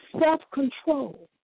self-control